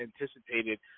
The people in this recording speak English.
anticipated